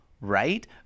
right